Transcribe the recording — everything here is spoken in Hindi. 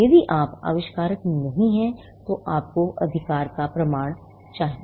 यदि आप आविष्कारक नहीं हैं तो आपको अधिकार का प्रमाण चाहिए